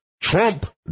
Trump